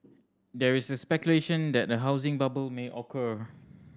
there is speculation that a housing bubble may occur